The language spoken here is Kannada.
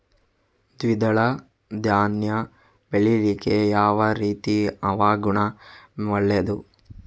ದ್ವಿದಳ ಧಾನ್ಯ ಬೆಳೀಲಿಕ್ಕೆ ಯಾವ ರೀತಿಯ ಹವಾಗುಣ ಒಳ್ಳೆದು?